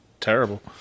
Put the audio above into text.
terrible